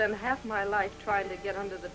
them half my life trying to get under the